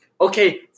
Okay